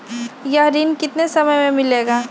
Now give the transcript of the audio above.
यह ऋण कितने समय मे मिलेगा?